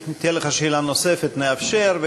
אם תהיה לך שאלה נוספת, נאפשר.